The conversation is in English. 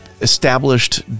established